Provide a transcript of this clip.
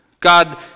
God